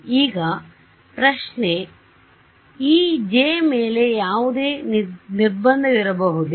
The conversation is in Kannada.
ಈಗ ಪ್ರಶ್ನೆ ಈ J ಮೇಲೆ ಯಾವುದೇ ನಿರ್ಬಂಧವಿರಬಹುದೇ